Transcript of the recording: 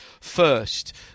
first